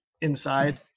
inside